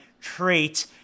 trait